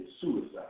suicide